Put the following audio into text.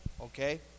Okay